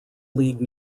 league